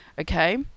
okay